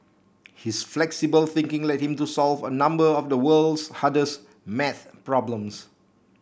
his flexible thinking led him to solve a number of the world's hardest math problems